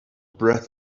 breath